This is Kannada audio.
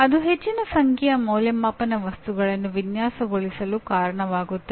ಅದು ಹೆಚ್ಚಿನ ಸಂಖ್ಯೆಯ ಅಂದಾಜುವಿಕೆಯ ವಸ್ತುಗಳನ್ನು ವಿನ್ಯಾಸಗೊಳಿಸಲು ಕಾರಣವಾಗುತ್ತದೆ